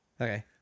Okay